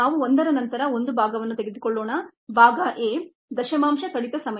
ನಾವು ಒಂದರ ನಂತರ ಒಂದು ಭಾಗವನ್ನು ತೆಗೆದುಕೊಳ್ಳೋಣ ಭಾಗ a ಡೆಸಿಮಲ್ ರಿಡೆಕ್ಷನ್ ಟೈಮ್